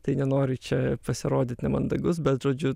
tai nenoriu čia pasirodyt nemandagus bet žodžiu